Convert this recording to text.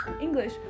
english